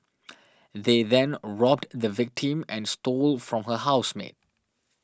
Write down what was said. they then robbed the victim and stole from her housemate